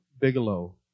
Bigelow